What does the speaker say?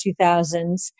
2000s